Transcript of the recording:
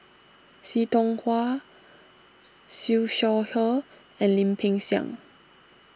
See Tiong Wah Siew Shaw Her and Lim Peng Siang